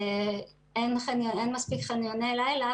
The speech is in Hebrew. אין מספיק חניוני לילה,